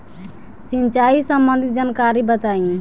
सिंचाई संबंधित जानकारी बताई?